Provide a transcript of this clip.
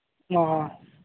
ꯑꯥ